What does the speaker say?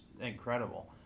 incredible